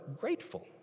grateful